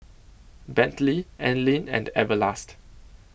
Bentley Anlene and Everlast